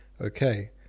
okay